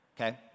okay